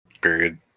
period